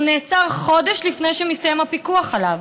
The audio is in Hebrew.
הוא נעצר חודש לפני שמסתיים הפיקוח עליו.